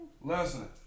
Listen